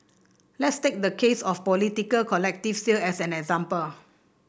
let's take the case of a potential collective sale as an example